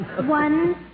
One